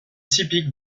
typique